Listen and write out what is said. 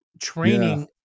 training